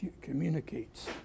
communicates